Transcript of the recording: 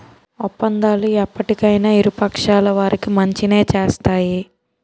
ఒప్పందాలు ఎప్పటికైనా ఇరు పక్షాల వారికి మంచినే చేస్తాయి